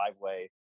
driveway